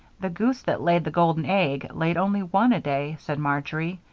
the goose that laid the golden egg laid only one a day, said marjory.